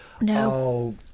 No